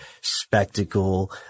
spectacle